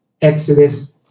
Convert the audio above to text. Exodus